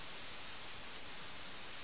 അതിനുള്ള ധൈര്യം പോലും അവർക്കില്ല